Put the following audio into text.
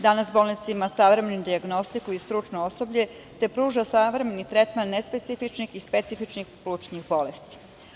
Danas bolnica ima savremenu dijagnostiku i stručno osoblje, te pruža savremeni tretman nespecifičnih i specifičnih plućnih bolesti.